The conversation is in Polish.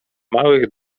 małych